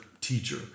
teacher